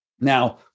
Now